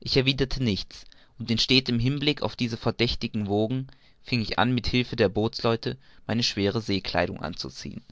ich erwiderte nichts und in stetem hinblick auf diese verdächtigen wogen fing ich an mit hilfe der bootsleute meine schwere seekleidung anzuziehen